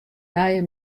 nije